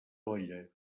olla